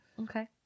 Okay